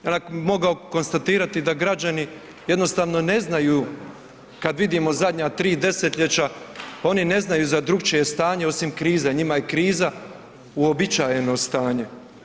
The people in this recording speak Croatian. Mogu konstatirati da građani jednostavno ne znaju kada vidimo zadnja tri desetljeća oni ne znaju za drukčije stanje osim krize, njima je kriza uobičajeno stanje.